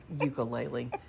ukulele